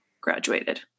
graduated